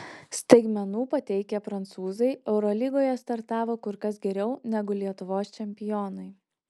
staigmenų pateikę prancūzai eurolygoje startavo kur kas geriau negu lietuvos čempionai